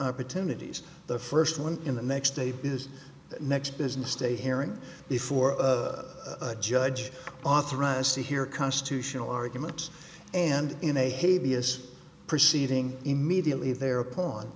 opportunities the first one in the next day is the next business day hearing before a judge authorized to hear constitutional arguments and in a hay vs proceeding immediately thereupon